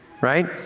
right